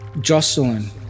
Jocelyn